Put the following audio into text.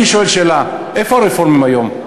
אני שואל שאלה: איפה הרפורמים היום?